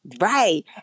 Right